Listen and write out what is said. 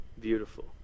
beautiful